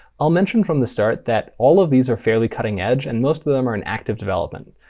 i'll mention from the start that all of these are fairly cutting edge, and most of them are in active development.